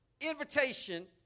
invitation